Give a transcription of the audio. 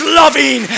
loving